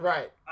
Right